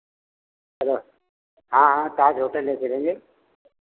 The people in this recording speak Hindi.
चलो हाँ हाँ ताज़ होटल ले चलेंगे